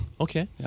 Okay